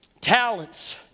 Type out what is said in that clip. Talents